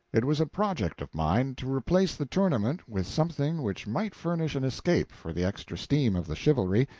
it was a project of mine to replace the tournament with something which might furnish an escape for the extra steam of the chivalry,